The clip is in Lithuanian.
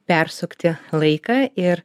persukti laiką ir